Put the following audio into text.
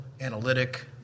analytic